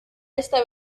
esta